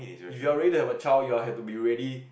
if you're ready to have a child you are have to be ready